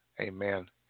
Amen